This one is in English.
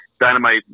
dynamite